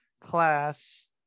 class